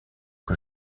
que